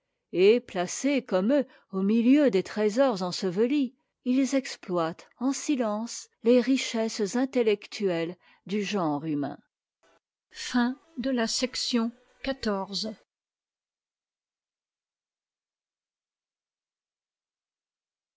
et placés comme eux au milieu des trésors ensevelis ils exploitent en silence les richesses intellectuelles du genre humain chapitre xiv